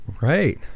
Right